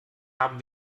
haben